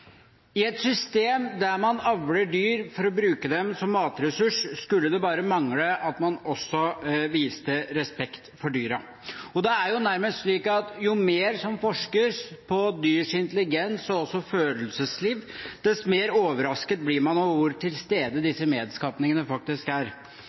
I et system der man avler dyr for å bruke dem som matressurs, skulle det bare mangle at man også viste respekt for dyrene. Det er nærmest slik at jo mer det forskes på dyrs intelligens og følelsesliv, dess mer overrasket blir man